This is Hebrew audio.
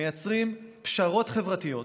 מייצרים פשרות חברתיות